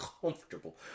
comfortable